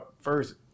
first